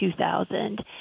2000